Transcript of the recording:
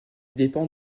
dépend